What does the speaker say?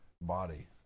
body